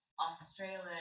Australia